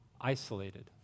isolated